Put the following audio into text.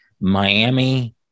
Miami